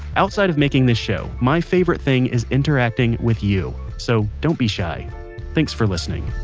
outside of making this show, my favorite thing is interacting with you, so don't be shy thanks for listening